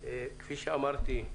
כפי שאמרתי,